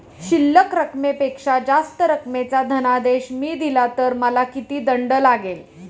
शिल्लक रकमेपेक्षा जास्त रकमेचा धनादेश मी दिला तर मला किती दंड लागेल?